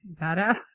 badass